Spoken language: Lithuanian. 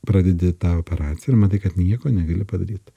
pradedi tą operaciją ir matai kad nieko negali padaryt